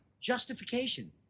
Justification